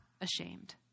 ashamed